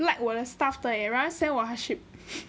like 我的 stuff 的 eh 然后 send 我 heart shape